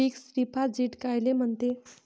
Fix deposit कायले म्हनते?